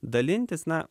dalintis na